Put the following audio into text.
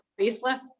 facelift